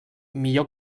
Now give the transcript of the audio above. millor